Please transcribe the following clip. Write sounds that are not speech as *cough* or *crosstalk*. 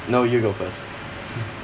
no you go first *laughs*